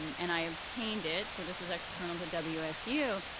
and i obtained it. so this was external to wsu.